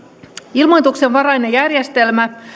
ilmoituksenvarainen järjestelmä